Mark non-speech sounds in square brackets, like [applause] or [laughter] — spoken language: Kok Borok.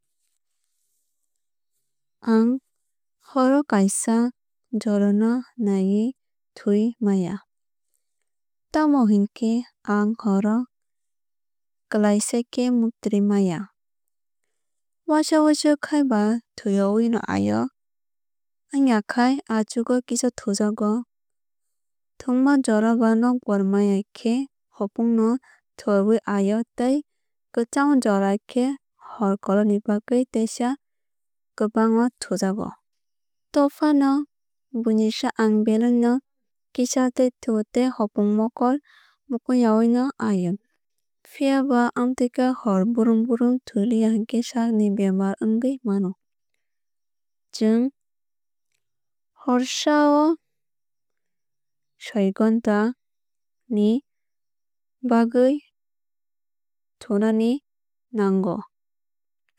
Ang horo kaisa jorano naiui thwui maya tamo hinkhe ang horo klaisa khe mukturwui maya. Waisa wuisu khai ba thuiyaui no aiyo ongyakhai aichugo kisa thujago. Tungma jora o ba nokbar maya khe hopung no thuiyaui aiyo tei kwchangma jora khe hor kologni bagui tesa kwbango thujago. Tobofano buinisai ang belai no [noise] kisa thuo tei hopung mokol mukumyaui no aiyo. [noise] Phiaba amtuikhai hor brum brum thuiya hinkhe sak ni bemar ongoi mano. Chwng horsa o soi gonta ni bagwui thunani nango.